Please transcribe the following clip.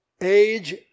Age